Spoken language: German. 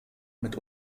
mit